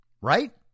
right